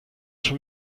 schon